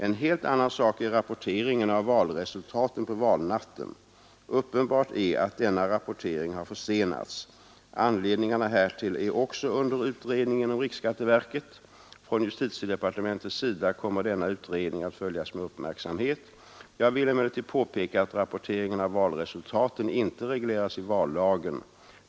En helt annan sak är rapporteringen av valresultaten på valnatten. Uppenbart är att denna rapportering har försenats. Anledningarna härtill är också under utredning inom riksskatteverket. Från justitiedepartementets sida kommer denna utredning att följas med uppmärksamhet. Jag vill emellertid påpeka att rapporteringen av valresultaten inte regleras i vallagen.